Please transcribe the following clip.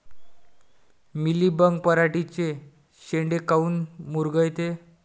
Mealybug पराटीचे चे शेंडे काऊन मुरगळते?